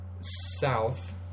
south